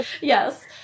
Yes